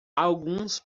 alguns